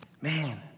Man